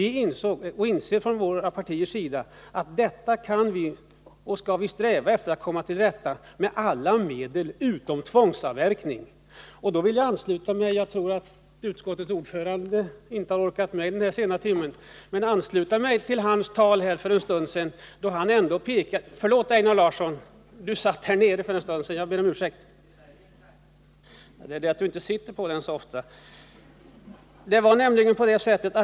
Vi skall emellertid sträva efter att komma till rätta med detta problem, och då skall vi använda alla medel utom tvångsavverkning.